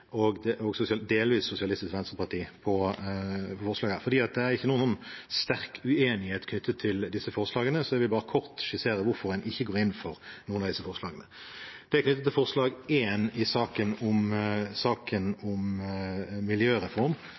og Sosialistisk Venstreparti og også Sosialistisk Venstrepartis forslag her. Det er ikke noen sterk uenighet om disse forslagene, så jeg vil bare kort skissere hvorfor en ikke går inn for noen av dem. Til forslag nr. 1, i saken om miljøreform, mener vi at når det gjelder sporing av rømt oppdrettslaks, er